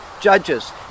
judges